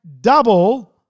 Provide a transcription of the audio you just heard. double